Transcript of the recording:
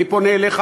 אני פונה אליך,